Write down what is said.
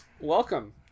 Welcome